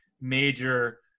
major